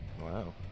Wow